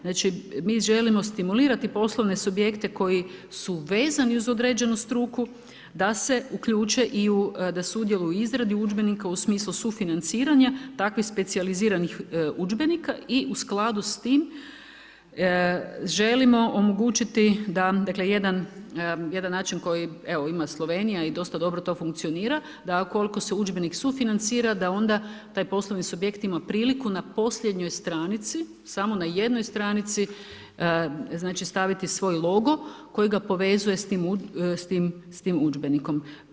Znači mi želimo stimulirati poslovne subjekte koji su vezani uz određenu struku da se uključe i da sudjeluju u izradi udžbenika u smislu sufinanciranja, takvih specijaliziranih udžbenika i u skladu s tim, želimo omogućiti da dakle, jedan način koji ima Slovenija i dosta dobro to funkcionira, da ukoliko se udžbenik sufinancira, da onda taj poslovni subjekt ima priliku na posljednjoj stranici, samo na jednoj stranici znači staviti svoj logo, koji ga povezuje s tim udžbenikom.